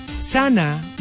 Sana